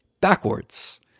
backwards